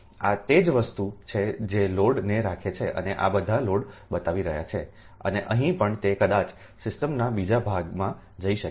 આ તે જ વસ્તુ છે જે લોડ ને રાખે છે અને આ બધા લોડ બતાવી રહ્યાં છે અને અહીં પણ તે કદાચ સિસ્ટમના બીજા ભાગમાં જઇ શકે છે